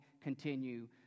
continue